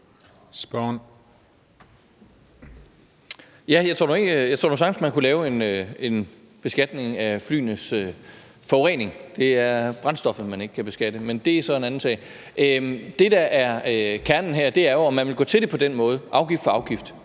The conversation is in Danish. Jeg tror nu sagtens, man kunne lave en beskatning af flyenes forurening – det er brændstoffet, man ikke kan beskatte, men det er så en anden sag. Det, der er kernen her, er, om man vil gå til det på den måde afgift for afgift.